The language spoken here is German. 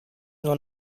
nur